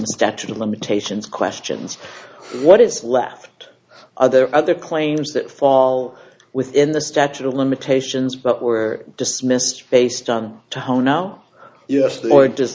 the statute of limitations questions what is left other other claims that fall within the statute of limitations but were dismissed based on to whoa now yes